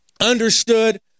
understood